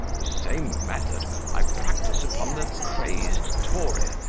the same method i practise upon the crazed tory,